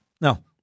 no